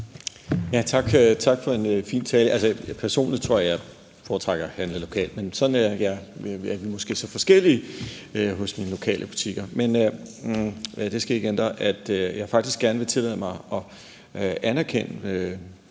Tak for en fin tale. Personligt tror jeg, at jeg foretrækker at handle lokalt, i lokale butikker, men sådan er vi så forskellige, men det skal ikke ændre på, at jeg faktisk gerne vil tillade mig at anerkende